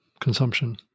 consumption